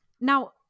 Now